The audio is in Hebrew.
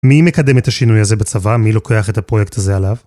מי מקדם את השינוי הזה בצבא? מי לוקח את הפרויקט הזה עליו?